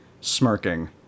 smirking